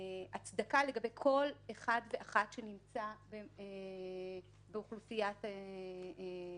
הצדקה לגבי כל אחד ואחת שנמצא באוכלוסיית הזנות.